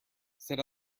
sit